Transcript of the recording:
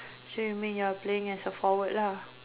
so you mean you are playing as a forward lah